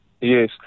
Yes